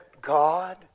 God